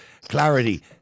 Clarity